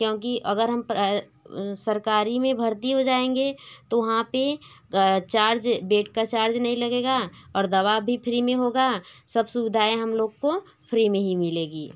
क्योंकि अगर हम सरकारी में भर्ती हो जाएँगे तो वहाँ पर चार्ज बेड का चार्ज नहीं लगेगा और दवा भी फ्री में होगा सब सुविधाएँ हम लोगों को फ्री में ही मिलेंगी